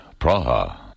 Praha